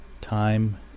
Time